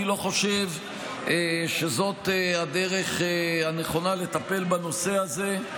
אני לא חושב שזאת הדרך הנכונה לטפל בנושא הזה.